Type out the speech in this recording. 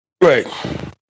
Right